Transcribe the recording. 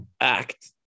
act